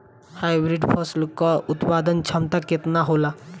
Hybrid फसल क उत्पादन क्षमता केतना होला?